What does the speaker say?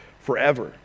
forever